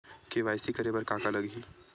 KYC करे बर का का लगही?